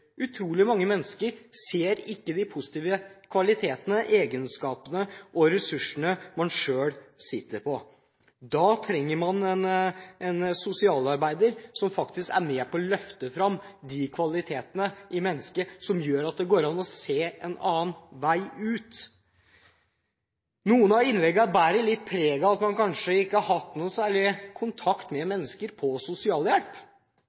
Utrolig mange mennesker ser ikke de positive kvalitetene, egenskapene og ressursene de selv sitter på. Da trenger man en sosialarbeider som faktisk er med på å løfte fram de kvalitetene i mennesket som gjør at det går an å se en annen vei ut. Noen av innleggene bærer litt preg av at man kanskje ikke har hatt noe særlig kontakt med